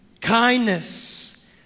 kindness